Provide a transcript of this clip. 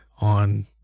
on